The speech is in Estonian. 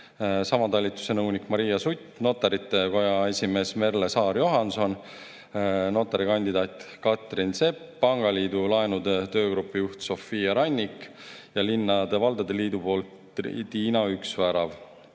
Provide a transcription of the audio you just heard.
sama talituse nõunik Maria Sutt, Notarite Koja esimees Merle Saar-Johanson, notarikandidaat Katrin Sepp, pangaliidu laenude töögrupi juht Sofia Rannik ning linnade ja valdade liidust Tiina Üksvärav.